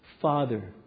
Father